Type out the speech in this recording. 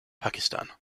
pakistan